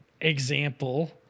Example